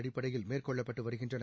அடிப்படையில் மேற்கொள்ளப்பட்டு வருகின்றன